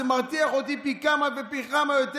זה מרתיח אותי פי כמה וכמה יותר,